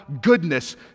goodness